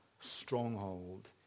stronghold